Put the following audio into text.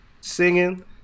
singing